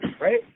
right